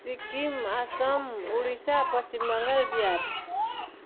Sikkim Assam Odisha Paschim Bangal Bihar